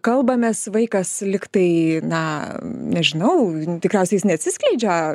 kalbamės vaikas lyg tai na nežinau tikriausiai jis neatsiskleidžia